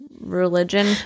religion